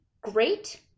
great